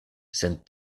sen